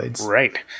Right